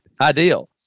ideal